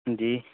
अंजी